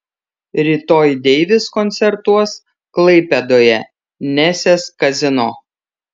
rytoj deivis koncertuos klaipėdoje nesės kazino